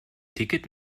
ticket